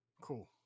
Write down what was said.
Cool